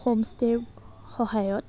হোমষ্টে'ৰ সহায়ত